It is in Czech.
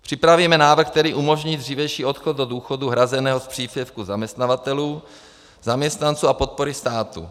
Připravíme návrh, který umožní dřívější odchod do důchodu hrazeného z příspěvku zaměstnavatelů, zaměstnanců a podpory státu.